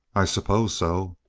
i suppose so.